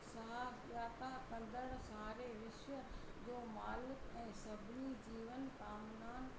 सा प्राता कंदड़ु सारे विश्व जो मालिक ऐं सभिनी जीवन कामनान